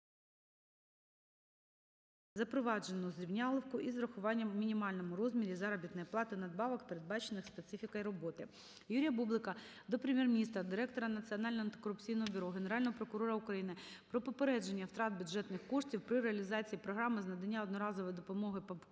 запроваджену "зрівнялівку" із врахуванням у мінімальному розмірі заробітної плати надбавок, передбачених специфікою роботи. Юрія Бублика до Прем'єр-міністра, Директора Національного антикорупційного бюро, Генерального прокурора України про попередження втрат бюджетних коштів при реалізації програми з надання одноразової допомоги